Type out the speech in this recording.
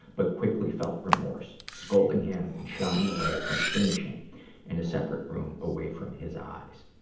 but quickly felt remorse, scolding him and shying away from finishing in a separate room away from his eyes.